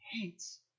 hates